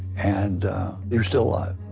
and he was still alive.